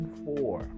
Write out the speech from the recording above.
four